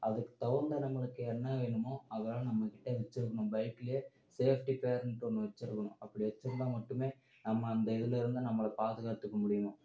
அதுக்கு தகுந்த நம்மளுக்கு என்ன வேணுமோ அதெல்லாம் நம்மக்கிட்ட வச்சுருக்கணும் பைக்கில் சேஃப்டி கேர்னுட்டு ஒன்று வச்சுருக்கணும் அப்படி வச்சிருந்தால் மட்டுமே நம்ம அந்த இதுலேருந்து நம்மளை பாதுகாத்துக்க முடியும்